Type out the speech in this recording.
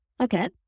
Okay